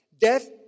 Death